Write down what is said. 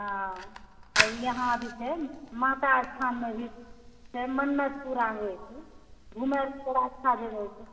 हँ यहाँ जे छै माता स्थानमे भी मन्नत पूरा होइ छै घुमएके रास्ता जे होइत छै